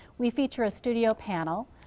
we feature a studio panel,